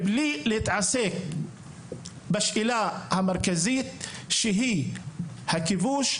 מבלי להתעסק בשאלה המרכזית של סיום הכיבוש,